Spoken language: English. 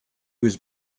was